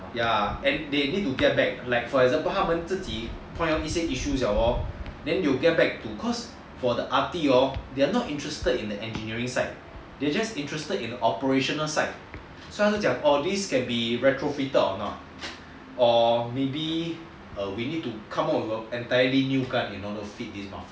ya and they need to get back like for example 他们自己 point out issues liao hor then they will get back cause for the R_T hor they are not interested in engineering side they just interested in operation side 你跟他们讲 can this be retrofitted a not or maybe we need to come out with an entirely new gun in order to fit this muzzer